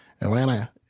Atlanta